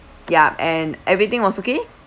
yup and everything was okay